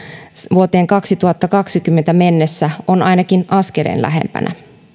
vuoteen kaksituhattakaksikymmentä mennessä on ainakin askeleen lähempänä